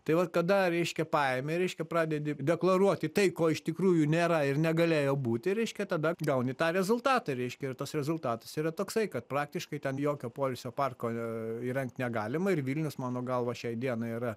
tai vat kada reiškia paimi reiškia pradedi deklaruoti tai ko iš tikrųjų nėra ir negalėjo būti reiškia tada gauni tą rezultatą reiškia ir tas rezultatas yra toksai kad praktiškai ten jokio poilsio parko įrengt negalima ir vilnius mano galva šiai dienai yra